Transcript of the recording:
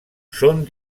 són